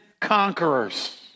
conquerors